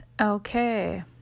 Okay